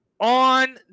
on